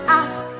ask